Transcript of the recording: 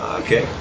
okay